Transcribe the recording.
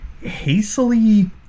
hastily